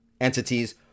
entities